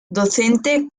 docente